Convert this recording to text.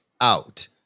out